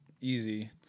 easy